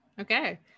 Okay